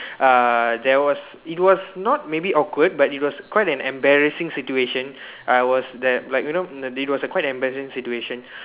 uh there was it was not maybe awkward but it was quite an embarrassing situation I was that like you know the it was quite an embarrassing situation